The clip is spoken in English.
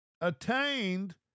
attained